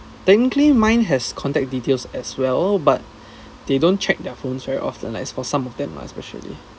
technically mine has contact details as well but they don't check their phones very often like for some of them lah especially